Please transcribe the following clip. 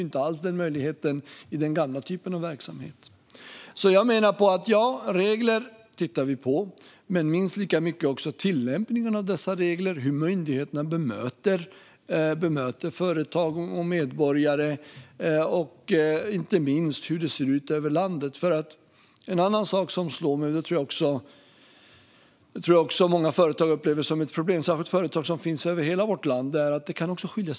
I den gamla typen av verksamhet fanns den möjligheten inte alls. Vi tittar alltså på regler men minst lika mycket på tillämpningen av dessa regler, på hur myndigheterna bemöter företag och medborgare och inte minst på hur det ser ut över landet. En annan sak som många företag, tror jag, upplever som ett problem är att det kan skilja sig väldigt mycket beroende på i vilket län man verkar.